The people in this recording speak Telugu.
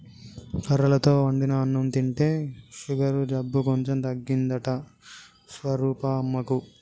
కొర్రలతో వండిన అన్నం తింటే షుగరు జబ్బు కొంచెం తగ్గిందంట స్వరూపమ్మకు